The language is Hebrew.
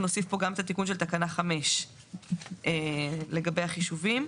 נוסיף פה גם את התיקון של תקנה 5 לגבי החישובים.